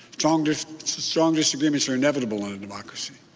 strong strong disagreements are inevitable in a democracy.